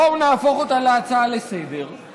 בואו נהפוך אותה להצעה לסדר-היום,